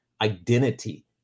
identity